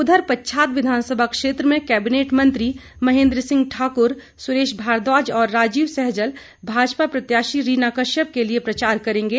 उधर पच्छाद विधानसभा क्षेत्र में कैबिनेट मंत्री महेंद्र सिंह ठाकुर सुरेश भारद्वाज और राजीव सहजल भाजपा प्रत्याशी रीना कश्यप के लिए प्रचार करेंगे